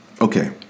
Okay